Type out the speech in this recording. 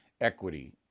equity